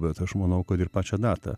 bet aš manau kad ir pačią datą